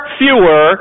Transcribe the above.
fewer